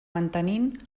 mantenint